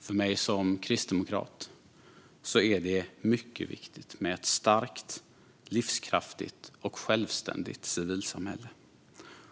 För mig som kristdemokrat är det mycket viktigt med ett starkt, livskraftigt och självständigt civilsamhälle.